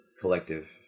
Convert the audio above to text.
collective